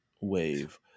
wave